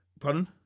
Pardon